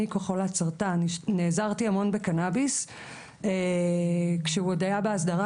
אני כחולת סרטן נעזרתי המון בקנאביס כשהוא עוד היה בהסדרה